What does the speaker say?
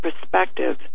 perspective